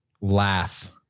Laugh